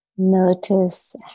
Notice